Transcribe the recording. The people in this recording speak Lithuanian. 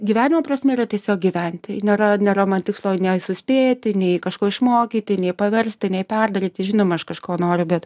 gyvenimo prasmė yra tiesiog gyventi nėra nėra man tikslo nei suspėti nei kažko išmokyti nei paversti nei perdaryti žinoma aš kažko noriu bet